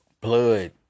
blood